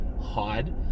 hide